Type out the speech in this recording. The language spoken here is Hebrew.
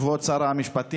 כבוד שר המשפטים,